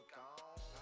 gone